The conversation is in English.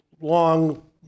long